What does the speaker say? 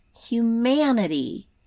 humanity